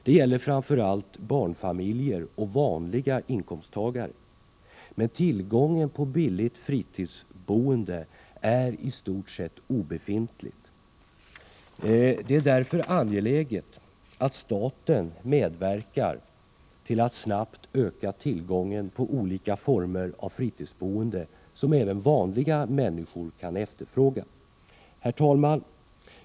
Det gäller framför allt barnfamiljer och vanliga inkomsttagare. Men tillgången på billigt fritidsboende är i stort sett obefintlig. Det är därför angeläget att staten medverkar till att snabbt öka tillgången på olika former av fritidsboende, som även vanliga människor kan efterfråga. Herr talman!